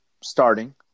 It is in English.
starting